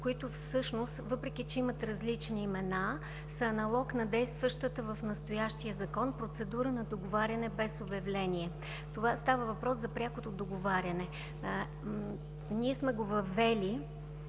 които всъщност, въпреки че имат различни имена, са аналог на действащата в настоящия Закон процедура на договаряне без обявление. Става въпрос за прякото договаряне. Ние сме го въвели,